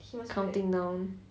counting down